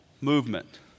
movement